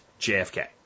JFK